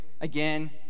Again